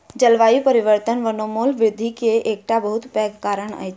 जलवायु परिवर्तन वनोन्मूलन वृद्धि के एकटा बहुत पैघ कारण अछि